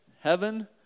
heaven